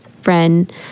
friend